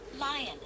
Lion